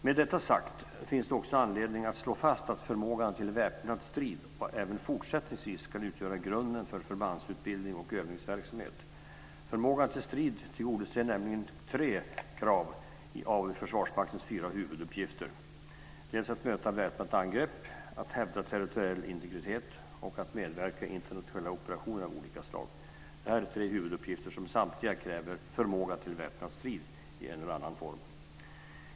Med detta sagt finns det också anledning att slå fast att förmågan till väpnad strid även fortsättningsvis ska utgöra grunden för förbandsutbildning och övningsverksamhet. Förmågan till strid tillgodoser nämligen tre av kraven i Försvarsmaktens fyra huvuduppgifter: att möta väpnat angrepp, att hävda territoriell integritet och att medverka i internationella operationer av olika slag. Detta är tre huvuduppgifter som samtliga kräver förmåga till väpnad strid i en eller annan form.